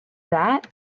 that